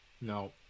No